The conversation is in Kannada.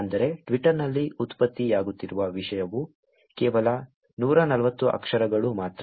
ಅಂದರೆ ಟ್ವಿಟರ್ನಲ್ಲಿ ಉತ್ಪತ್ತಿಯಾಗುತ್ತಿರುವ ವಿಷಯವು ಕೇವಲ 140 ಅಕ್ಷರಗಳು ಮಾತ್ರ